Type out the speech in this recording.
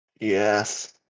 yes